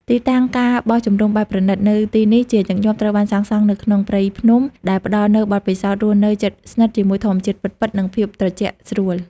ទីតាំង ការបោះជំរំបែបប្រណីត នៅទីនេះជាញឹកញាប់ត្រូវបានសាងសង់នៅក្នុងព្រៃភ្នំ ដែលផ្តល់នូវបទពិសោធន៍រស់នៅជិតស្និទ្ធជាមួយធម្មជាតិពិតៗ និងភាពត្រជាក់ស្រួល។